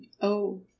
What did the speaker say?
Oh